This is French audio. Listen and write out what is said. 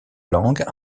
langues